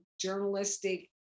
journalistic